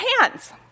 hands